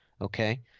okay